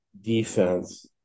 defense